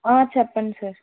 చెప్పండి సర్